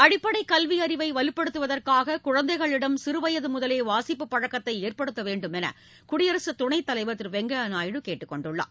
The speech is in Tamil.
அடிப்படை கல்வி அறிவை வலுபடுத்துவதற்காக குழந்தைகளிடம் சிறு வயது முதலே வாசிப்பு பழக்கத்தை ஏற்படுத்த வேண்டும் என்று குடியரசுத் துணைத்தலைவா் திரு வெங்கையா நாயுடு கேட்டுக்கொண்டுள்ளார்